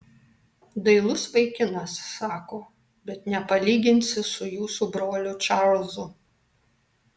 dailus vaikinas sako bet nepalyginsi su jūsų broliu čarlzu